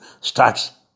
starts